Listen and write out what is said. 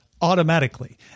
automatically